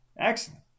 Excellent